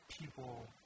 people